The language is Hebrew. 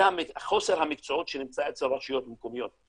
זה חוסר המקצועיות שנמצא אצל רשויות מקומיות.